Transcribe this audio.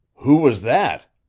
who was that?